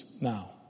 Now